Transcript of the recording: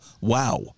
Wow